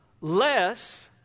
less